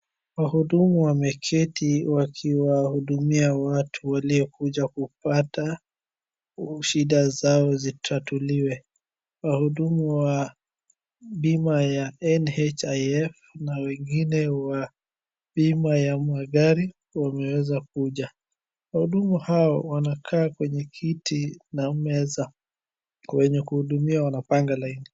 Wahudumu wameketi wakiwahudumia watu waliokuja kupata au shida zao zitatuliwe, wahudumu wa bima ya NHIF na wengine wa bima ya magari wameanza kuja. Wahudumu hao wanakaa kwenye kiti na meza wenye kuhudumiwa wanapanga laini.